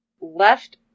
left